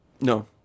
no